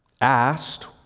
Asked